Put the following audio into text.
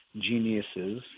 geniuses